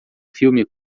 filme